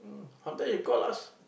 sometime he call us